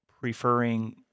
preferring